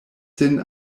sin